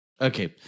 Okay